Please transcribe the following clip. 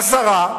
עשרה,